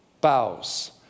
bows